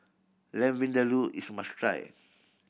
Lamb Vindaloo is must try